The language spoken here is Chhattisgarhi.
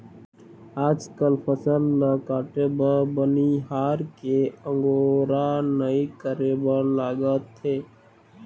आजकाल फसल ल काटे बर बनिहार के अगोरा नइ करे बर लागत हे